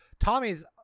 Tommy's